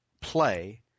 play